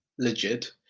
legit